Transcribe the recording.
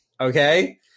okay